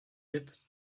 jetzt